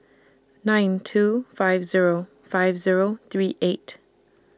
nine two five Zero five Zero three eight